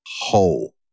Whole